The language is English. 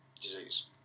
disease